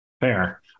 Fair